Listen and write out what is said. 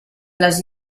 les